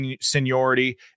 seniority